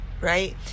right